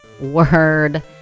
word